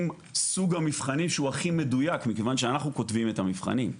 עם סוג המבחנים שהוא הכי מדוייק מכיוון שאנחנו כותבים את המבחנים.